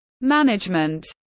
management